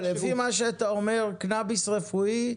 לפי מה שאתה אומר, קנביס רפואי,